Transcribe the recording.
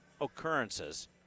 occurrences